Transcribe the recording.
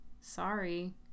Sorry